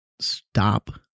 Stop